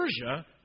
Persia